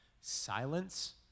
Silence